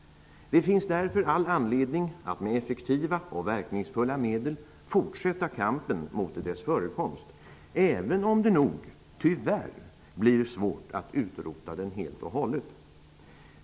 Det finns därför all anledning att med effektiva och verkningsfulla medel fortsätta kampen mot dess förekomst, även om det nog tyvärr blir svårt att utrota den helt och hållet.